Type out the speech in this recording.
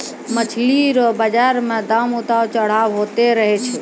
मछली रो बाजार मे दाम उतार चढ़ाव होते रहै छै